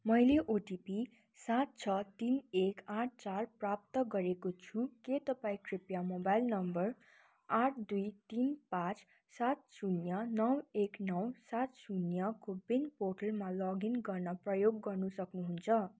मैले ओटिपी सात छ तिन एक आठ चार प्राप्त गरेको छु के तपाईँँ कृपया मोबाइल नम्बर आठ दुई तिन पाँच सात शून्य नौ एक नौ सात शून्य को विन पोर्टलमा लगइन गर्न प्रयोग गर्नु सक्नुहुन्छ